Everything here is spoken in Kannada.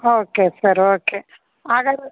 okay sir okay ಹಾಗಾದ್ರ್